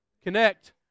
connect